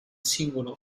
singolo